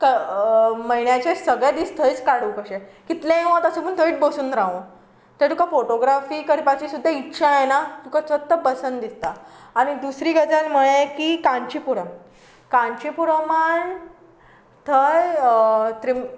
म्हयन्यांचे सगळे दीस थंयच काडूंक कशें कितलेंय वत आसूं पूण थंयच बसून रावूं थंय तुका फोटोग्राफी करपाची सुद्दां इत्सा येना तुका फकत पसंद दिसता आनी दुसरी गजाल म्हणलें की कांचीपुरम कांचीपुरमान थंय त्रि